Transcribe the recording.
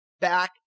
back